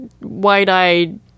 wide-eyed